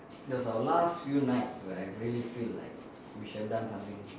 that's our last few nights where I really feel like we should have done something